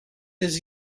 his